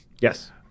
Yes